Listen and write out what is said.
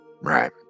Right